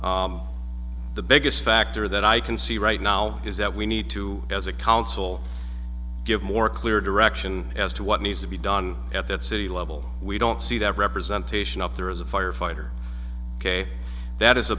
the biggest factor that i can see right now is that we need to as a council more clear direction as to what needs to be done at that city level we don't see that representation up there as a firefighter that is a